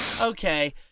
Okay